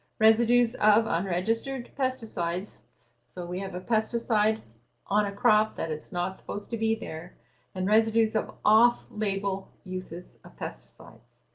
residues of unregistered pesticides so we have a pesticide on a crop that is not supposed to be there and residues of off-label uses of pesticides.